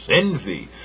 envy